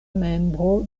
membro